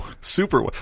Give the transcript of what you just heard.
Super